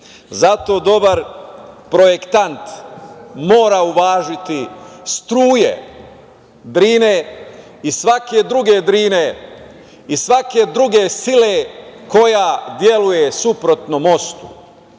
Zato dobar projektant mora uvažiti struje Drine i svake druge Drine i svake druge sile koja deluje suprotno mostu,